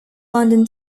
london